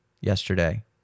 yesterday